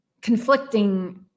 conflicting